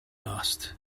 asked